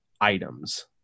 items